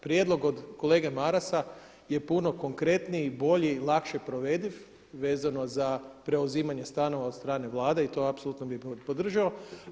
Prijedlog od kolege Marasa je puno konkretniji i bolji, lakše provediv vezano za preuzimanje stanova od strane Vlade i to apsolutno bih podržao.